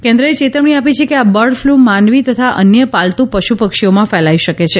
કેન્દ્રએ ચેતવણી આપી છે આ બર્ડ ફ્લૂ માનવી તથા અન્ય પાલતુ પશુ પક્ષીઓમાં ફેલાઈ શકે છે